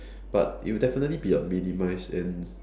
but it will definitely be a minimise and